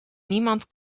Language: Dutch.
niemand